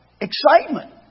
excitement